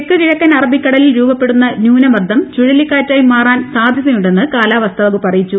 തെക്കു കിഴക്കൻ അറബിക്കടലിൽ രൂപപ്പെടുന്ന ന്യൂനമർദ്ദം ചുഴലിക്കാറ്റായി മാറാൻ സാധ്യതയുണ്ടെന്ന് കാലാവസ്ഥ വകൂപ്പ് അറിയിച്ചു